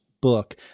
book